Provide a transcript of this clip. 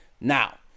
Now